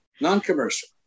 Non-commercial